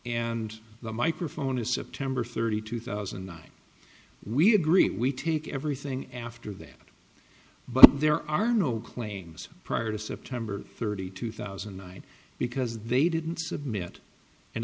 and the microphone is september thirtieth two thousand and nine we agreed we take everything after that but there are no claims prior to september thirtieth two thousand and nine because they didn't submit an